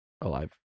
alive